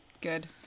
good